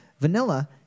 vanilla